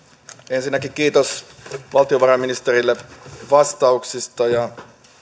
ensinnäkin kiitos valtiovarainministerille vastauksista ja